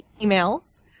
emails